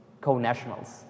co-nationals